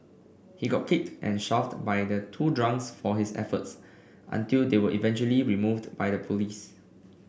he got kicked and shoved by the two drunks for his efforts until they were eventually removed by the police